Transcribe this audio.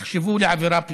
נחשבו לעבירה פלילית.